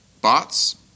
bots